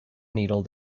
needle